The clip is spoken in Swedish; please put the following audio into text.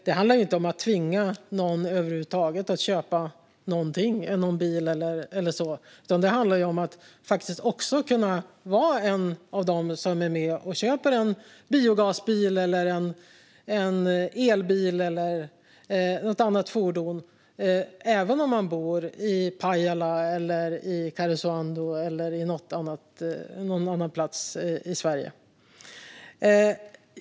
Det handlar inte över huvud taget om att tvinga någon att köpa någon viss bil, utan det handlar om att man ska kunna vara med och köpa en biogasbil, en elbil eller något annat fordon även om man bor i Pajala eller Karesuando eller någon annanstans i Sverige.